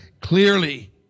clearly